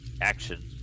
action